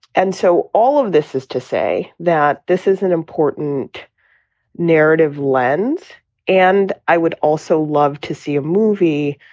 and so all of this is to say that this is an important narrative lens and i would also love to see a movie.